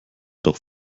doch